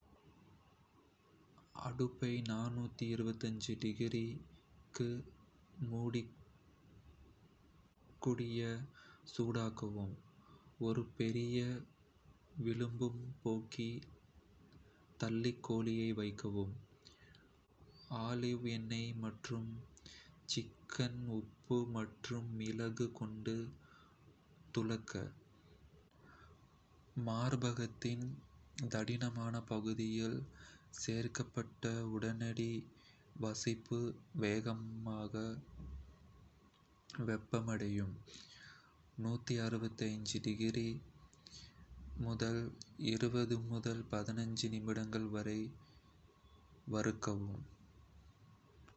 அடுப்பை க்கு முன்கூட்டியே சூடாக்கவும். ஒரு பெரிய விளிம்பு பேக்கிங் தாளில் கோழி வைக்கவும். ஆலிவ் எண்ணெய் மற்றும் சீசன் உப்பு மற்றும் மிளகு கொண்டு துலக்க. மார்பகத்தின் தடிமனான பகுதியில் செருகப்பட்ட உடனடி-வாசிப்பு வெப்பமானி முதல் நிமிடங்கள் வரை வறுக்கவும்.